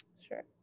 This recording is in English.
Sure